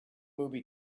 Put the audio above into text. movie